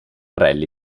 rally